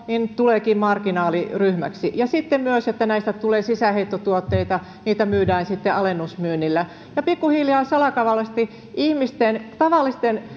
tuleekin marginaaliryhmäksi ja sitten myös että näistä tulee sisäänheittotuotteita niitä myydään alennusmyynnillä ja pikkuhiljaa salakavalasti tavallisten